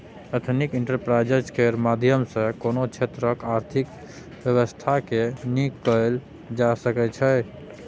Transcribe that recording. ethnic enterprise केर माध्यम सँ कोनो क्षेत्रक आर्थिक बेबस्था केँ नीक कएल जा सकै छै